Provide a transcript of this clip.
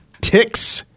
Ticks